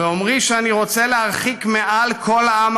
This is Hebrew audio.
"באומרי שאני רוצה להרחיק מעל כל העם